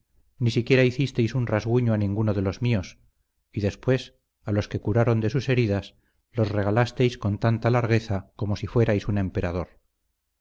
ni siquiera hicisteis un rasguño a ninguno de los míos y después a los que curaron de sus heridas los regalasteis con tanta largueza como si fuerais un emperador